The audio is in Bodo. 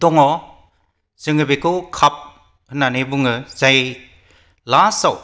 दङ जोङो बेखौ काप होननानै बुङो जाय लास्टाव